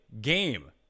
game